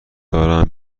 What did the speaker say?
دارم